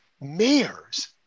mayors